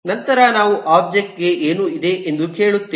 ನಂತರ ನಾವು ಒಬ್ಜೆಕ್ಟ್ ಗೆ ಏನು ಇದೆ ಎಂದು ಕೇಳುತ್ತೇವೆ